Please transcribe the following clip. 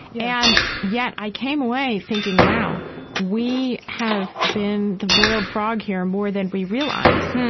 and yet i came away thinking wow we have been the boiled frog here more than we realize.